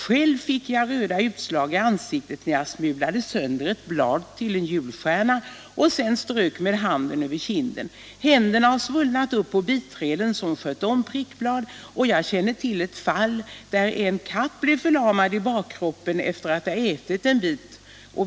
Själv fick jag röda utslag i ansiktet när jag smulade sönder ett blad till en julstjärna och sedan strök med handen över kinden. Händerna har svullnat upp på biträden som skött om prickblad och jag känner till ett fall, där en katt blev förlamad i bakkroppen efter att ha ätit en julstjärna.